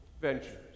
ventures